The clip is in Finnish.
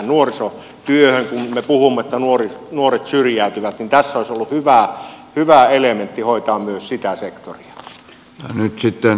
kun me puhumme että nuoret syrjäytyvät niin tässä olisi ollut hyvä elementti hoitaa myös sitä sektoria